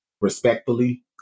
Respectfully